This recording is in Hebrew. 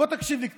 בוא תקשיב לי קצת.